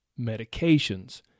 medications